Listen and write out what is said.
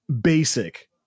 basic